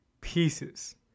pieces